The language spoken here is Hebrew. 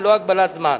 ללא הגבלת זמן.